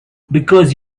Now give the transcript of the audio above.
because